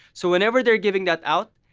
so, whenever they're giving that out,